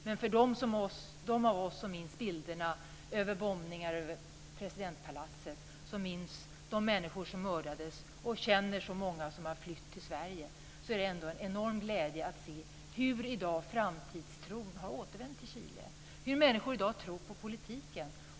Men för dem av oss som minns bilderna av bombningarna över presidentpalatset, som minns de människor som mördades och som känner så många som har flytt till Sverige är det ändå en enorm glädje att se hur framtidstron i dag har återvänt till Chile. Människor tror i dag på politiken.